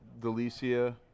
Delicia